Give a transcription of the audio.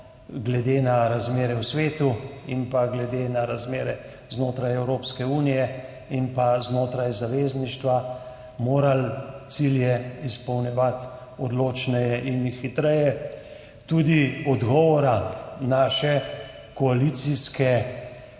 glede na razmere v svetu in glede na razmere znotraj Evropske unije pa znotraj zavezništva morali cilje izpolnjevati odločneje in hitreje. Tudi odgovora naše koalicijske